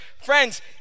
Friends